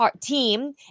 team